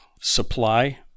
supply